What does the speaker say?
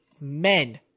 men